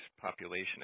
population